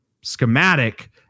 schematic